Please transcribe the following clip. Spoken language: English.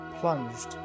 plunged